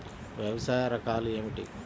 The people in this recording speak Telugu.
వ్యవసాయ రకాలు ఏమిటి?